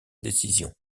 décision